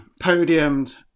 podiumed